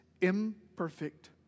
imperfect